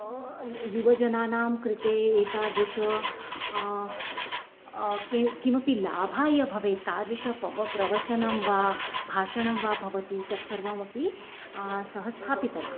युवजनानां कृते एतादृशः किं किमपि लाभाय भवेत् तादृशः पर्व प्रवचनं वा भाषणं वा भवतु तत्सर्वमपि सः स्थापितवान्